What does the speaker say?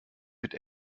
mit